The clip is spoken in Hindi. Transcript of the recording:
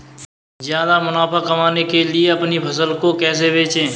ज्यादा मुनाफा कमाने के लिए अपनी फसल को कैसे बेचें?